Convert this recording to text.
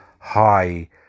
high